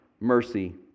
mercy